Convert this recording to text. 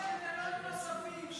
יש קריטריונים נוספים.